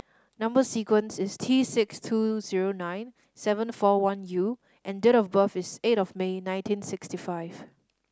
number sequence is T six two zero nine seven four one U and date of birth is eight of May nineteen sixty five